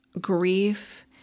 grief